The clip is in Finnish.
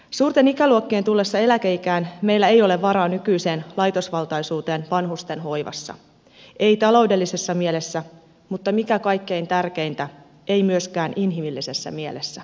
suurten ikäluokkien tullessa eläkeikään meillä ei ole varaa nykyiseen laitosvaltaisuuteen vanhustenhoivassa ei taloudellisessa mielessä mutta mikä kaikkein tärkeintä ei myöskään inhimillisessä mielessä